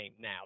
now